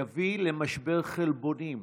יביא למשבר חלבונים.